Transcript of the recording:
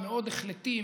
מאוד החלטי,